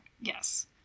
yes